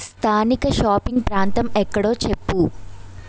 స్థానిక షాపింగ్ ప్రాంతం ఎక్కడో చెప్పు